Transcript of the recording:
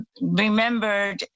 remembered